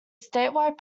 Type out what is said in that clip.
statewide